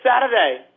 Saturday